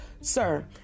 sir